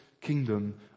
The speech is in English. kingdom